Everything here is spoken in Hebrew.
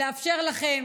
לאפשר לכם